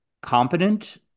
competent